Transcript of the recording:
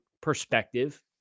perspective